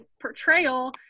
portrayal